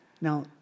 Now